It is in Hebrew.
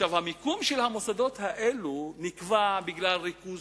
המיקום של המוסדות האלו נקבע בגלל ריכוז